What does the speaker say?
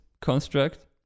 construct